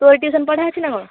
ତୋର ଟ୍ୟୁସନ୍ ପଢ଼ା ଅଛି ନା କଣ